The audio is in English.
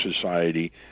society